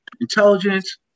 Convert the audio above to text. intelligence